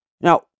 Now